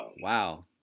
Wow